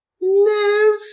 No